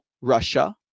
Russia